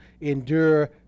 endure